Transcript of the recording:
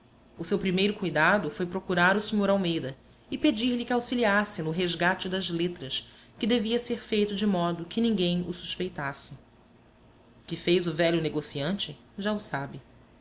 o seu primeiro cuidado foi procurar o sr almeida e pedir-lhe que o auxiliasse no resgate das letras que devia ser feito de modo que ninguém o suspeitasse o que fez o velho negociante já o sabe